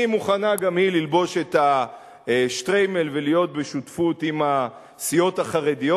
מוכנה גם היא ללבוש את השטריימל ולהיות בשותפות עם הסיעות החרדיות.